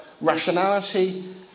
rationality